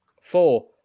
Four